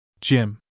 Jim